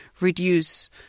reduce